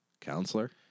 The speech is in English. Counselor